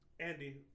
Andy